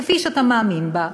כפי שאתה מאמין בה,